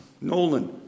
Nolan